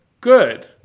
good